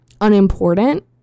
unimportant